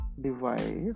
device